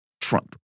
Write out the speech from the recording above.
Trump